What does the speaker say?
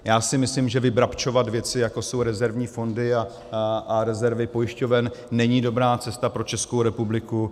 Já si myslím, že vybrabčovat věci, jako jsou rezervní fondy a rezervy pojišťoven, není dobrá cesta pro Českou republiku.